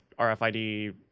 RFID